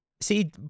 See